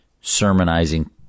sermonizing